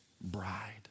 bride